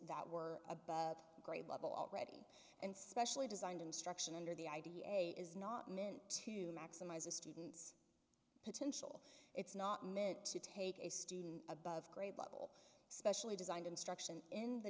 that were a grade level already and specially designed instruction under the idea is not meant to maximize a student's potential it's not meant to take a student above grade level specially designed instruction in the